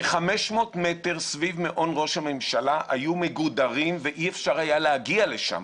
כ-500 מטר סביב מעון ראש הממשלה היו מגודרים ואי אפשר היה להגיע לשם,